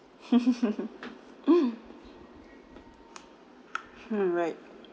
hmm right